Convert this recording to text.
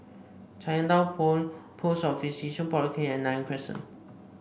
Chinatown Point Post Office Yishun Polyclinic and Nanyang Crescent